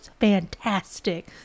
fantastic